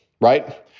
right